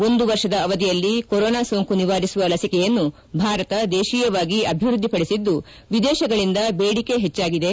ಒಂದು ವರ್ಷದ ಅವಧಿಯಲ್ಲಿ ಕೊರೋನಾ ಸೋಂಕು ನಿವಾರಿಸುವ ಲಸಿಕೆಯನ್ನು ಭಾರತ ದೇತಿಯವಾಗಿ ಅಭಿವೃದ್ಧಿಪಡಿಸಿದ್ದು ವಿದೇಶಗಳಿಂದ ದೇಡಿಕೆ ಹೆಚ್ಚಾಗಿದೆ